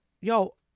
yo